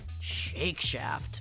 Shakeshaft